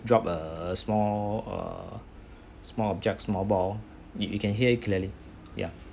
drop a small a small objects marble it you can hear clearly ya